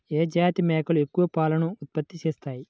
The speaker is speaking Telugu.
ఏ జాతి మేకలు ఎక్కువ పాలను ఉత్పత్తి చేస్తాయి?